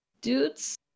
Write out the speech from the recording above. dudes